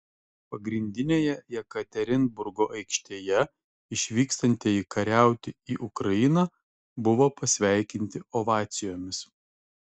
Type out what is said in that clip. pagrindinėje jekaterinburgo aikštėje išvykstantieji kariauti į ukrainą buvo pasveikinti ovacijomis